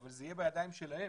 זה יהיה בידיים שלהם,